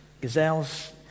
gazelles